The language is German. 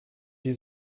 die